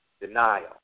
denial